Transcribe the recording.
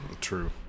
true